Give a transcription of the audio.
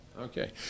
Okay